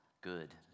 good